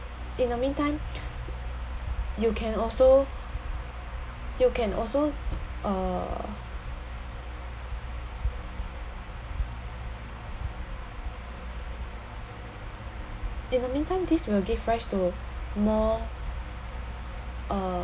in the mean time you can also you can also uh in the mean time this will give rise to more uh